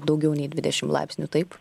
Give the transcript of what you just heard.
daugiau nei dvidešimt laipsnių taip